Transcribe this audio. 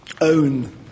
own